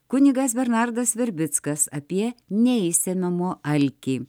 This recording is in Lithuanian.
kunigas bernardas verbickas apie neišsemiamo alkį